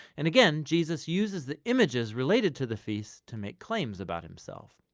and again jesus uses the images related to the feast to make claims about himself.